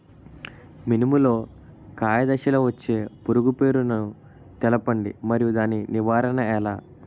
మినుము లో కాయ దశలో వచ్చే పురుగు పేరును తెలపండి? మరియు దాని నివారణ ఎలా?